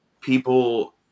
people